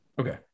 okay